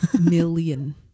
Million